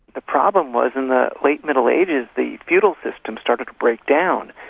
the problem was in the late middle ages, the feudal system started to break down.